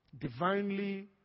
Divinely